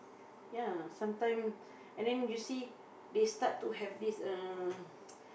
ya sometime and then you see they start to have this uh